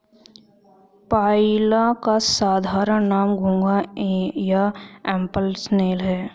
पाइला का साधारण नाम घोंघा या एप्पल स्नेल है